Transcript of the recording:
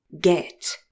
Get